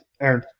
Aaron